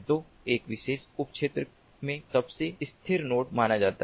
तो एक विशेष उप क्षेत्र में सबसे स्थिर नोड माना जाता है